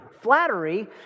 Flattery